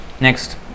Next